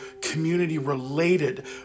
community-related